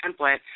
template